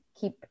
keep